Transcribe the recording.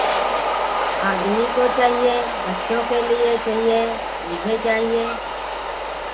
आदमी को चाहिए बच्चों के लिए चाहिए मुझे चाहिए